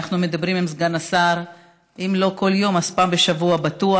אנחנו מדברים עם סגן השר אם לא כל יום אז פעם בשבוע בטוח,